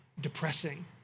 depressing